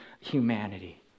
humanity